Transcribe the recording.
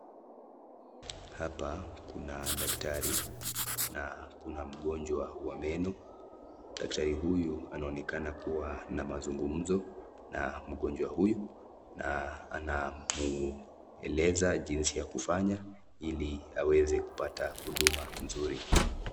Hapa kuna daktari na kuna mgonjwa wa meno, daktari huyu anaonekana kuwa na mazungumzo na mgonjwa huyu, na anamueleza jinsi ya kufanya ili aweze kupata huduma mzuri.